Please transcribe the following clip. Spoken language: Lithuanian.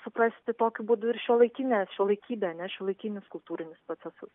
suprasti tokiu būdu ir šiuolaikinę šiuolaikybę ar ne šiuolaikinius kultūrinius procesus